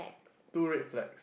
two red flags